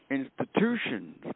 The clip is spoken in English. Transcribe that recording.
institutions